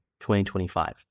2025